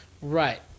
Right